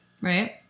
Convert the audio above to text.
Right